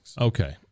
Okay